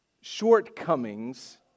shortcomings